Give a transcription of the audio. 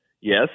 Yes